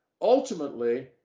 ultimately